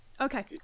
Okay